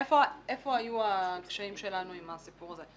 איפה היו הקשיים שלנו בנושא הזה.